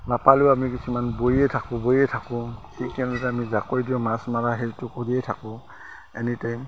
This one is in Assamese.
নাপালেও আমি কিছুমান বৈয়ে থাকোঁ বৈয়ে থাকোঁ ঠিক তেনেদৰে আমি জাকৈ দিওঁ মাছ মাৰা সেইটো কৰিয়েই থাকোঁ এনি টাইম